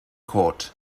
court